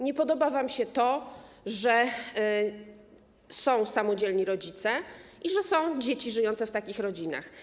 Nie podoba wam się to, że są samodzielni rodzice i że są dzieci żyjące w takich rodzinach.